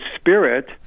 Spirit